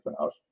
out